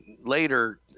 later